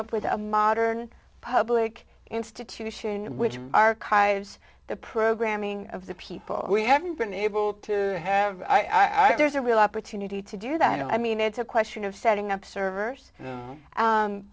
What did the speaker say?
up with a modern public institution which archives the programming of the people we haven't been able to have there's a real opportunity to do that i mean it's a question of setting up servers